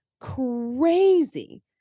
crazy